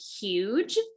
huge